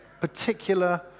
particular